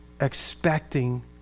expecting